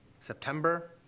September